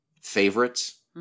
favorites